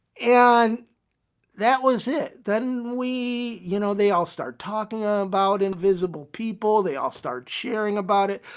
and that was it. then we you know, they all start talking ah about invisible people. they all start sharing about it.